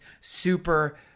super